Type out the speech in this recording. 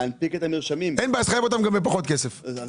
מה זה